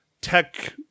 tech